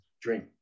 drink